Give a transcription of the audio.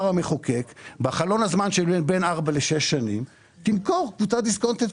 המחוקק שבחלון הזמן שבין ארבע לשש שנים תמכור קבוצת דיסקונט את